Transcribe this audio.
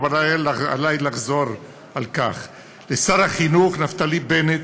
אבל עלי לחזור על כך: לשר החינוך נפתלי בנט,